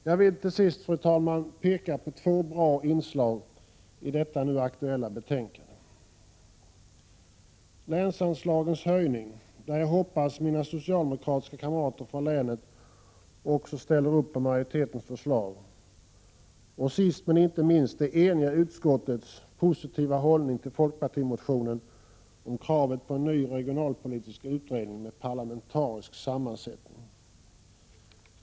Jag vill till sist, fru talman, peka på två bra inslag i det aktuella betänkandet. Det gäller länsanslagens höjning, där jag hoppas att mina socialdemokratiska kamrater från länet också ställer upp på majoritetens förslag, och sist men inte minst det eniga utskottets positiva hållning till folkpartimotionen med krav på en ny regionalpolitisk utredning med parlamentarisk sammansättning.